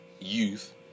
youth